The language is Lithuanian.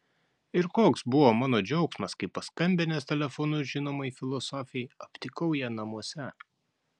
ir koks buvo mano džiaugsmas kai paskambinęs telefonu žinomai filosofei aptikau ją namuose